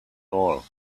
all